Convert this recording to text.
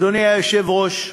אדוני היושב-ראש,